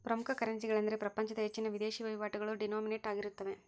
ಪ್ರಮುಖ ಕರೆನ್ಸಿಗಳೆಂದರೆ ಪ್ರಪಂಚದ ಹೆಚ್ಚಿನ ವಿದೇಶಿ ವಹಿವಾಟುಗಳು ಡಿನೋಮಿನೇಟ್ ಆಗಿರುತ್ತವೆ